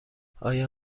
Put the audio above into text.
آیا